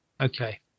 Okay